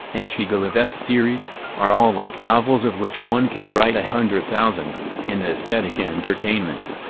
and shigalov s theories are all like novels of which one can write a hundred thousand an aesthetic entertainment.